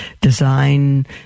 design